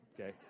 Okay